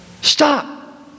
Stop